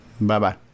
bye-bye